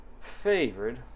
Favorite